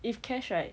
if cash right